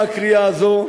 עקב הקריאה הזאת,